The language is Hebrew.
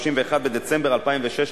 31 בדצמבר 2006,